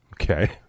Okay